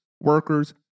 workers